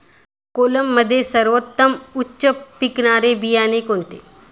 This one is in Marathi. कोलममध्ये सर्वोत्तम उच्च पिकणारे बियाणे कोणते?